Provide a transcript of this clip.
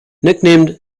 nicknamed